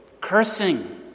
cursing